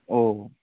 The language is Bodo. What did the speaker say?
औ